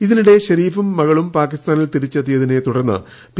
ഇതിനിടെ ഷെരീഫും മുകളും പാകിസ്ഥാനിൽ തിരിച്ചെത്തിയതിനെ തുടർന്ന് പി